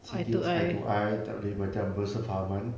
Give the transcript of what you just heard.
see things eye to eye tak boleh macam bersefahaman